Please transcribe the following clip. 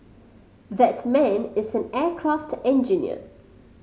that man is an aircraft engineer